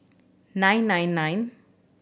nine nine nine